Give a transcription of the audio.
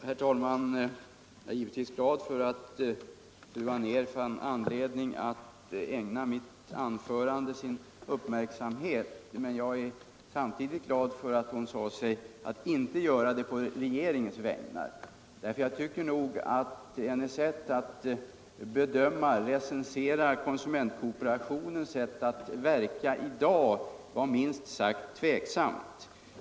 Herr talman! Jag är givetvis glad för att fru Anér fann anledning att ägna mitt anförande sin uppmärksamhet, men jag är samtidigt glad för att hon sade sig inte göra det på regeringens vägnar. Jaé tycker nog att hennes sätt att recensera konsumentkooperationens sätt att verka Allmänpolitisk debatt Allmänpolitisk debatt i dag var minst sagt tveksamt.